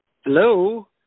Hello